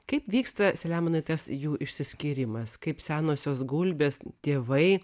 kaip vyksta selemonai tas jų išsiskyrimas kaip senosios gulbės tėvai